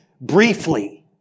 briefly